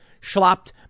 schlopped